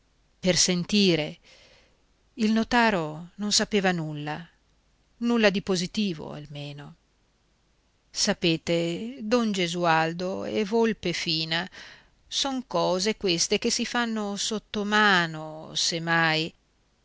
per sentire il notaro non sapeva nulla nulla di positivo almeno sapete don gesualdo è volpe fina son cose queste che si fanno sottomano